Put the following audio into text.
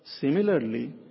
Similarly